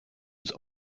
was